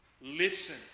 Listen